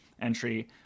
entry